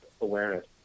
awareness